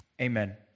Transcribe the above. Amen